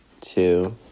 two